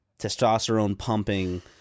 testosterone-pumping